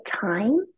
time